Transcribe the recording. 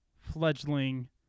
fledgling